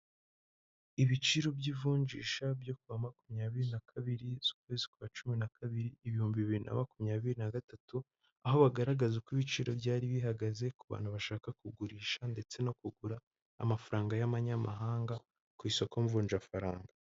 Ibiciro by'ivunjisha byo kuwa makumyabiri na kabiri ukwezi kwa cumi na kabiri ibihumbi bibiri na makumyabiri na gatatu, aho bagaragaza uko ibiciro byari bihagaze ku bantu bashaka kugurisha ndetse no kugura amafaranga y'amanyamahanga ku isoko mvunja faranga.